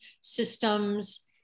systems